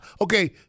Okay